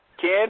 Ken